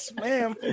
ma'am